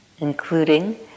including